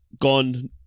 gone